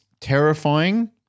terrifying